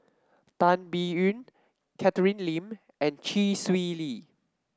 Tan Biyun Catherine Lim and Chee Swee Lee